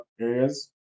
areas